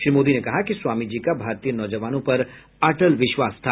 श्री मोदी ने कहा कि स्वामीजी का भारतीय नौजवानों पर अटल विश्वास था